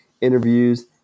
interviews